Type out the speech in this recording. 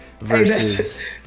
versus